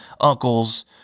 uncles